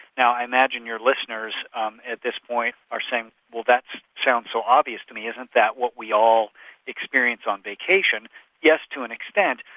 now i imagine your listeners um at this point are saying, well that sounds so obvious to me isn't that what we all experience on vacation? yes, to an extent,